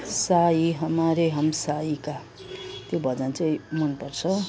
साई हमारे हम साईका त्यो भजन चाहिँ मन पर्छ